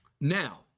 Now